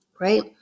right